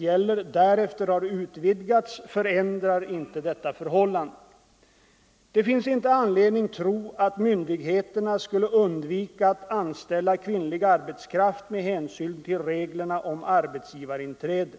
Om ersättning från Det finns inte anledning tro att myndigheterna skulle undvika att an — den allmänna ställa kvinnlig arbetskraft med hänsyn till reglerna om arbetsgivarinträde.